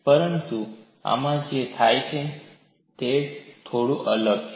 પરંતુ આમાં જે થાય છે તે થોડું અલગ છે